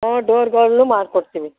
ಹ್ಞೂ ಡೋರ್ ಬಾಗಿಲು ಮಾಡಿಕೊಡ್ತಿವಿ